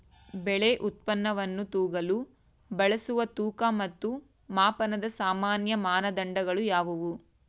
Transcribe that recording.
ಬೆಳೆ ಉತ್ಪನ್ನವನ್ನು ತೂಗಲು ಬಳಸುವ ತೂಕ ಮತ್ತು ಮಾಪನದ ಸಾಮಾನ್ಯ ಮಾನದಂಡಗಳು ಯಾವುವು?